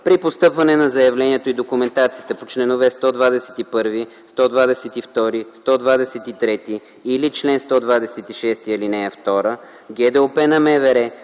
При постъпване на заявлението и документацията по чл. 121, 122, 123 или чл. 126, ал. 2 ГДОП на МВР